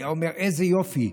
היה אומר: איזה יופי,